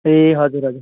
ए हजुर हजुर